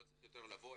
לא צריך יותר לבוא,